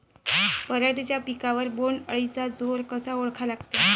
पराटीच्या पिकावर बोण्ड अळीचा जोर कसा ओळखा लागते?